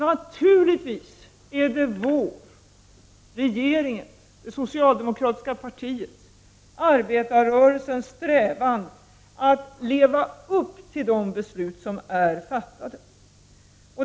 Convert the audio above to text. Naturligtvis är det regeringens, det socialdemokratiska partiets och arbetarrörelsens strävan att leva upp till de beslut som är fattade.